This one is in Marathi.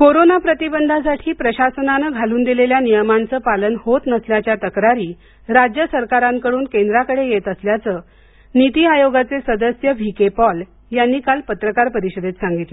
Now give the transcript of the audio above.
कोरोना प्रतिबंधासाठी प्रशासनानं घालून दिलेल्या नियमांचं पालन होत नसल्याच्या तक्रारी राज्य सरकारांकडून केंद्राकडे येत असल्याचं नीती आयोगाचे सदस्य व्ही के पॉल यांनी काल पत्रकार परिषदेत सांगितलं